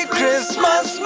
Christmas